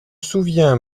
souviens